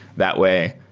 that way,